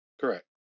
Correct